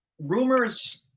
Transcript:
rumors